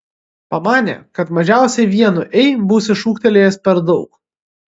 pamanė kad mažiausiai vienu ei bus šūktelėjęs per daug